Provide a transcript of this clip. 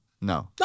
No